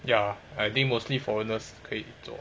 ya I think mostly foreigners 可以做